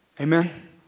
Amen